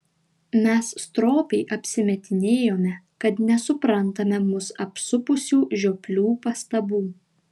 mes stropiai apsimetinėjome kad nesuprantame mus apsupusių žioplių pastabų